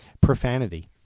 profanity